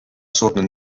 surnud